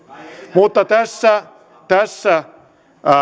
mutta tässä tässä